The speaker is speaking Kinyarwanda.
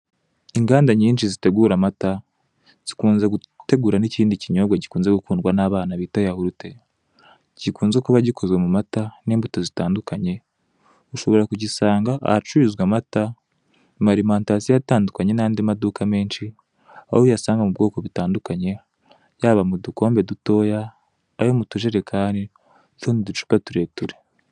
Inganda nyinshi zitegura amata, zikunze gutegura n'ikindi kinyobwa gikunze gukundwa n'abana bita yahurute, gikunze kuba gikozwe mu mata n'imbuto zitandukanye, ushobora kugisanga ahacururizwa amata, ama arimantasiyo atandukanye n'andi maduka menshi, aho uyasanga mu bwoko butandukanye, yaba mu dukombe dutoya, ayo mu tujerekani n'utundi ducupa tureture.